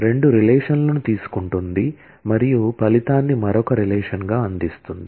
రెండు రిలేషన్లను తీసుకుంటుంది మరియు ఫలితాన్ని మరొక రిలేషన్ గా అందిస్తుంది